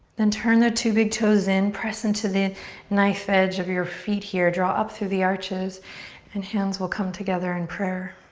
then turn the two big toes in. press into the knife edge of your feet here. draw up through the arches and hands will come together in prayer.